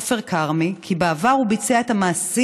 עופר כרמי הודה כי בעבר הוא ביצע את המעשים,